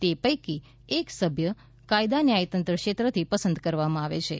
તે પૈકી એક સભ્ય કાયદા ન્યાયતંત્ર ક્ષેત્રથી પસંદ કરવામાં આવેછે